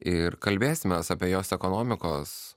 ir kalbėsimės apie jos ekonomikos